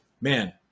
man